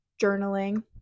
Journaling